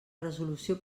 resolució